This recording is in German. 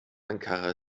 ankara